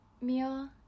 meal